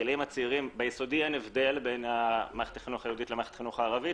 כי ביסודי אין הבדל בין מערכת היהודית לערבית,